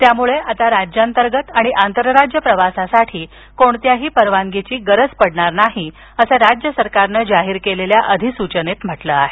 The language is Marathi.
त्यामुळे आता राज्यांतर्गत आणि आंतरराज्य प्रवासासाठी कोणत्याही परवानगीची गरज पडणार नाही असं राज्य सरकारनं जाहीर केलेल्या अधिसूचनेत म्हटलं आहे